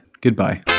goodbye